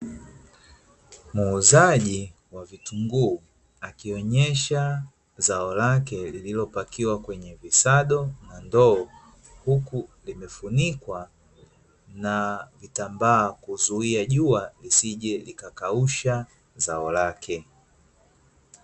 Muuzaji wa vitunguu akionyesha zao lake lililopakiwa kwenye visado na ndoo, huku vimefunikwa na vitambaa kuzuia jua lisije likakausha zao lake.